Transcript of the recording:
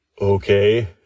Okay